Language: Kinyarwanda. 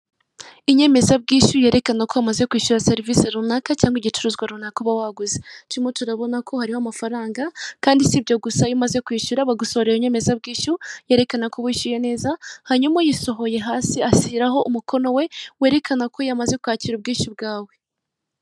Inyemezabwishyu yerekana ko wamaze kwishyura serivise runaka cyangwa igicuruzwa runaka uba waguze, turimo turabona ko hariho amafaranga kandi s'ibyo gusa iyo umaze kwishyura bagusorera inyemezabwishyu yerekana ko wishyuye neza, hanyuma uyisohoye hasi ashyiraho umukono we werekana ko yamaze kwakira ubwishyu bwawe.